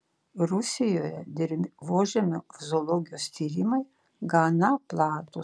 rusijoje dirvožemio zoologijos tyrimai gana platūs